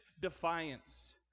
defiance